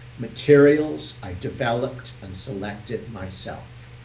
materials i developed and selected myself.